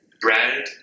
bread